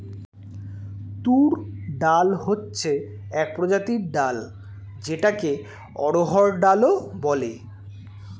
তুর ডাল হচ্ছে এক প্রজাতির ডাল যেটাকে অড়হর ডাল ও বলে